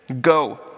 Go